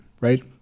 right